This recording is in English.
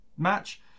match